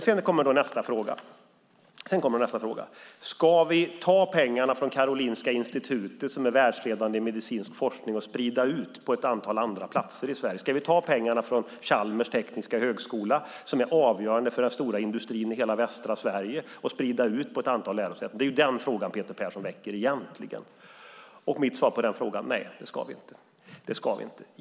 Sedan kommer nästa fråga: Ska vi ta pengarna från Karolinska Institutet, som är världsledande i medicinsk forskning, och från Chalmers tekniska högskola, som är avgörande för den stora industrin i hela Västsverige, och sprida ut dem på ett antal andra lärosäten i Sverige? Det är den frågan Peter Persson egentligen ställer. Mitt svar på det är: Nej, det ska vi inte.